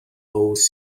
whose